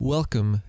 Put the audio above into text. Welcome